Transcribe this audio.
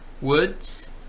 Woods